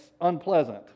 unpleasant